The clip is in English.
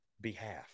behalf